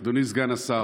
אדוני סגן השר,